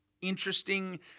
interesting